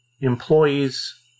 employees